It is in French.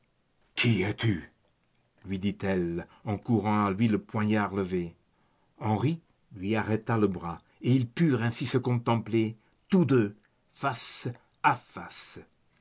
qui es-tu lui dit-elle en courant à lui le poignard levé henri lui arrêta le bras et ils purent ainsi se contempler tous deux face à face